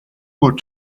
ought